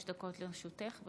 שלוש דקות לרשותך.